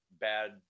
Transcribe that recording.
bad